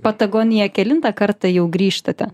patagoniją kelintą kartą jau grįžtate